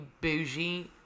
bougie